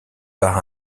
par